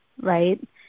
Right